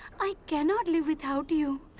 i cannot live without you.